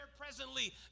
presently